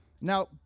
Now